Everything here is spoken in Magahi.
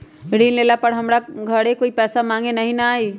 ऋण लेला पर हमरा घरे कोई पैसा मांगे नहीं न आई?